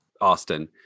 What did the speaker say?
Austin